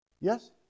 Yes